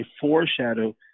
foreshadow